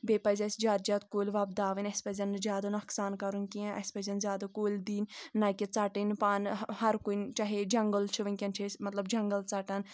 بیٚیہِ پَزِ اَسہِ زیادٕ زیادٕ کُلۍ وۄپداوٕنۍ اَسہِ پزَن نہٕ زیادٕ نۄقصَان کَرُن کینٛہہ اَسہِ پزَن زیادٕ کُلۍ دِنۍ نہ کہِ ژٹٕنۍ پانہٕ ہَر کُنہِ چاہے جَنٛگل چھِ وٕنکؠن چھِ أسۍ مطلب جنٛگل ژَٹان